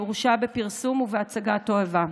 הורשע בפרסום ובהצגת תועבה.